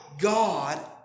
God